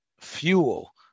fuel